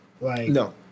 No